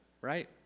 right